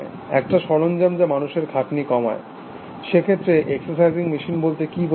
একটা সরঞ্জাম যা মানুষের খাটনি কমায় সেক্ষেত্রে এক্সারসাইজিং মেশিন বলতে কি বোঝাবেন